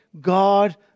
God